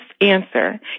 answer